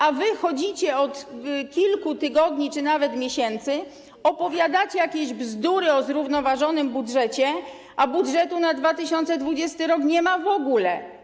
A wy chodzicie od kilku tygodni czy nawet miesięcy, opowiadacie jakieś bzdury o zrównoważonym budżecie, a budżetu na 2020 r. nie ma w ogóle.